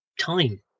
time